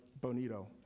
bonito